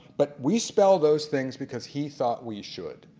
but we spell those things because he thought we should.